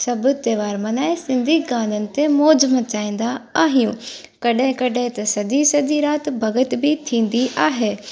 सभु त्योहार मल्हाए सिंधी गाननि ते मौज मचाईंदा आहियूं कॾहिं कॾहिं त सॼी सॼी भॻत बि थींदी आहे